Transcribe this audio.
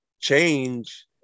change